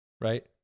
Right